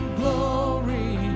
glory